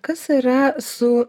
kas yra su